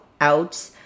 out